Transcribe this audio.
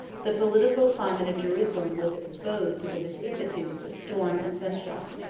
the political climate of jerusalem was exposed to the vicissitudes of storm and sunshine.